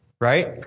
right